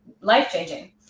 life-changing